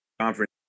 conference